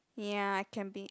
ya I can be